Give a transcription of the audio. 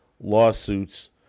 lawsuits